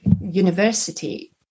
university